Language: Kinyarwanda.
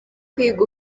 kwiga